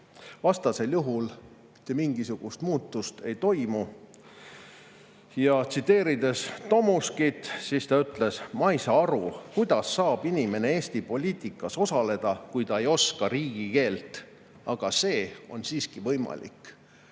Vastasel juhul mitte mingisugust muutust ei toimu. Ja tsiteerides Tomuskit, ta ütles: "Ma ei saa aru, kuidas saab inimene Eesti poliitikas osaleda, kui ta ei oska riigikeelt. Aga näib, et see on siiski võimalik."